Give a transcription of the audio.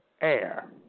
air